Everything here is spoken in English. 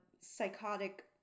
psychotic